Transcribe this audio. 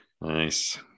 Nice